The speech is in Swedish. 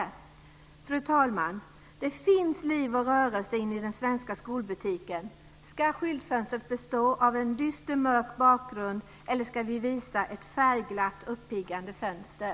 Fru talman! Det finns liv och rörelse inne i den svenska skolbutiken. Ska skyltfönstret bestå av en dyster mörk bakgrund, eller ska vi visa ett färgglatt uppiggande fönster?